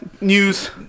news